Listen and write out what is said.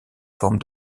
forme